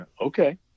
okay